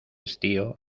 estío